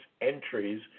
entries